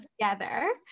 together